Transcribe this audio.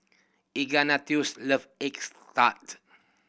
Ignatius love eggs tart